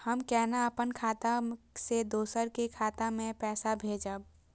हम केना अपन खाता से दोसर के खाता में पैसा भेजब?